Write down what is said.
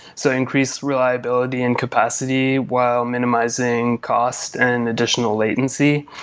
so increase reliability and capacity while minimizing costs and additional latency.